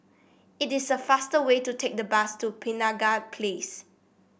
it is a fast way to take the bus to Penaga Place